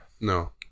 no